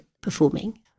performing